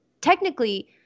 technically